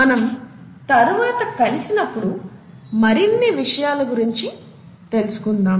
మనం తరువాత కలిసినప్పుడు మరిన్ని విషయాల గురించి తెలుసుకుందాము